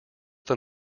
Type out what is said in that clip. than